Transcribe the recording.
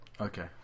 Okay